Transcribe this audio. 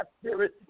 spirit